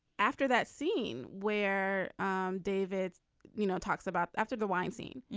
after that scene where um david you know talks about after the wine scene.